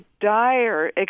dire